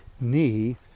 knee